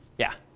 yeah.